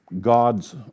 God's